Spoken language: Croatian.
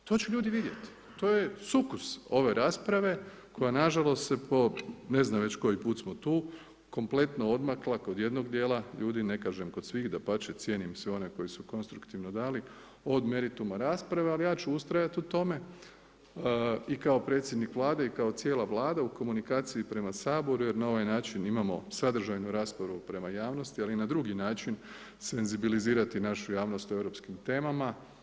I to će ljudi vidjeti, to je sukus ove rasprave koja nažalost se po, ne znam već koji put smo tu, kompletno odmakla kod jednog dijela ljudi, ne kažem kod svih, dapače, cijenim sve one koji su konstruktivno dali od merituma rasprave, ali ja ću ustrajati u tome i kao predsjednik Vlade i kao cijela Vlada u komunikaciji prema Saboru jer na ovaj način imamo sadržajnu raspravu prema javnosti, ali i na drugi način senzibilizirati našu javnost o europskim temama.